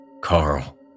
Carl